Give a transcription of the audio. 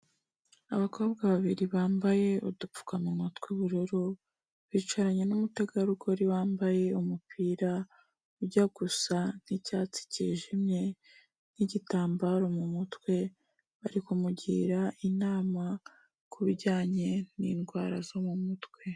Abakobwa babiri bambaye udupfukamumu tw'ubururu, bicaranye n'umutegarugori wambaye umupira ujya gusa nk'icyatsi cyijimye n'igitambaro mu mutwe, bari kumugira inama kubijyanye n'indwara zo mu mutwe.